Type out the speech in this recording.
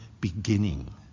beginning